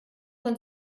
man